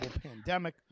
pandemic